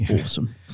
awesome